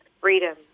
Freedom